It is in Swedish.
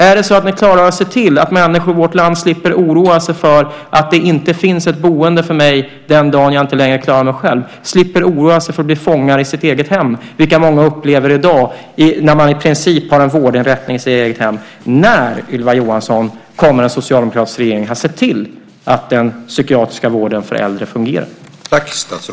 Är det så att ni klarar att se till att människor i vårt land slipper oroa sig för att det inte finns ett boende för dem den dag de inte klarar sig själva, så att de slipper oroa sig för att bli fångar i sitt eget hem, vilket många upplever i dag när de i princip har en vårdinrättning i sitt eget hem? När, Ylva Johansson, kommer en socialdemokratisk regering att ha sett till att den psykiatriska vården för äldre fungerar?